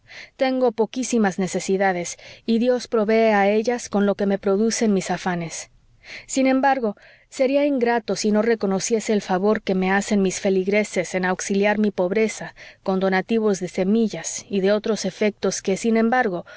tengo poquísimas necesidades y dios provee a ellas con lo que me producen mis afanes sin embargo sería ingrato si no reconociese el favor que me hacen mis feligreses en auxiliar mi pobreza con donativos de semillas y de otros efectos que sin embargo